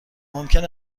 ممکن